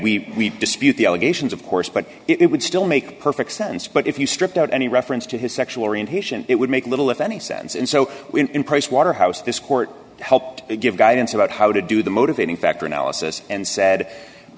we dispute the allegations of course but it would still make perfect sense but if you stripped out any reference to his sexual orientation it would make little if any sense in so in pricewaterhouse this court helped to give guidance about how to do the motivating factor analysis and said i